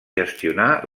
gestionar